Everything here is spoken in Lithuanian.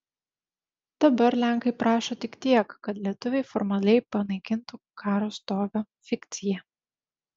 dabar lenkai prašo tik tiek kad lietuviai formaliai panaikintų karo stovio fikciją